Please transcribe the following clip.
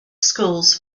schools